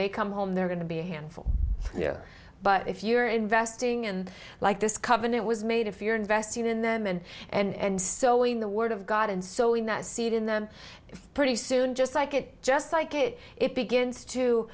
they come home they're going to be a handful but if you're investing and like this covenant was made if you're investing in them and and sowing the word of god and so in that seed in them pretty soon just like it just like it it begins to